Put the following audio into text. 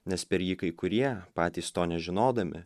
nes per jį kai kurie patys to nežinodami